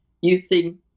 using